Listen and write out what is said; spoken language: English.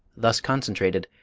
thus concentrated,